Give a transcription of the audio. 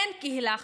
אין קהילה חזקה.